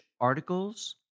articles